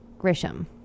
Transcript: Grisham